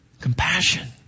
compassion